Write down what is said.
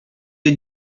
dei